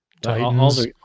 Titans